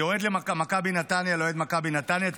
כאוהד מכבי נתניה לאוהד מכבי נתניה,